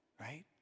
right